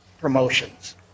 promotions